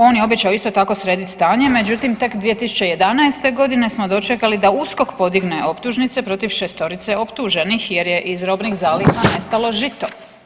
On je obećao isto tako sredit stanje, međutim tek 2011.g. smo dočekali da USKOK podigne optužnice protiv šestorice optuženih jer je iz robnih zaliha nestalo žito.